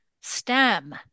STEM